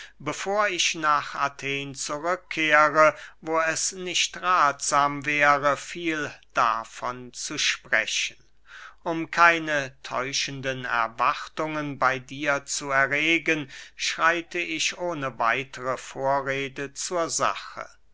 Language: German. bevor ich nach athen zurück kehre wo es nicht rathsam wäre viel davon zu sprechen um keine täuschenden erwartungen bey dir zu erregen schreite ich ohne weitere vorrede zur sache